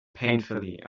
painfully